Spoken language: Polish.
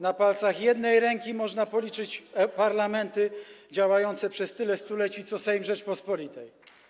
Na palcach jednej ręki można policzyć parlamenty działające przez tyle stuleci co Sejm Rzeczypospolitej.